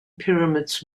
pyramids